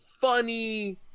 funny